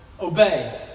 obey